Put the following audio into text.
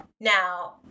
Now